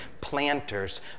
planters